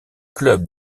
clubs